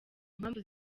mpamvu